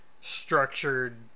structured